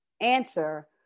answer